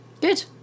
good